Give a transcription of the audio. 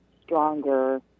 stronger